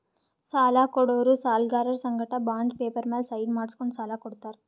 ಸಾಲ ಕೊಡೋರು ಸಾಲ್ಗರರ್ ಸಂಗಟ ಬಾಂಡ್ ಪೇಪರ್ ಮ್ಯಾಲ್ ಸೈನ್ ಮಾಡ್ಸ್ಕೊಂಡು ಸಾಲ ಕೊಡ್ತಾರ್